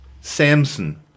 Samson